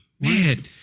Man